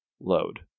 load